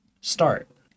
start